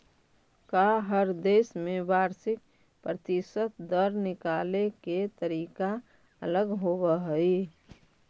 का हर देश में वार्षिक प्रतिशत दर निकाले के तरीका अलग होवऽ हइ?